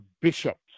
bishops